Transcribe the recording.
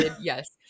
yes